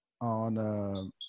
on